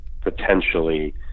potentially